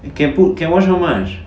can put can wash how much